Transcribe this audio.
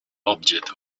object